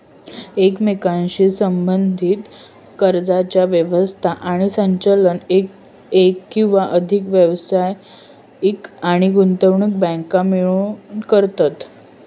एकमेकांशी संबद्धीत कर्जाची व्यवस्था आणि संचालन एक किंवा अधिक व्यावसायिक आणि गुंतवणूक बँको मिळून करतत